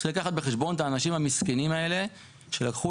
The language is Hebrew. צריך לקחת בחשבון את האנשים המסכנים האלה שלקחו